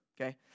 okay